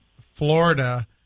Florida